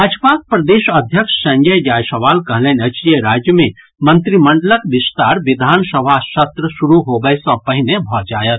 भाजपाक प्रदेश अध्यक्ष संजय जायसवाल कहलनि अछि जे राज्य मे मंत्रिमंडलक विस्तार विधानसभा सत्र श्रू होबय सँ पहिने भऽ जायत